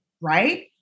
Right